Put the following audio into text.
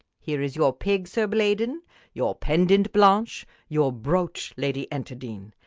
here is your pig, sir blaydon your pendant, blanche your brooch, lady enterdean.